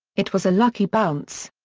it was a lucky bounce.